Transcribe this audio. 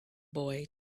boy